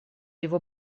его